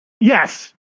Yes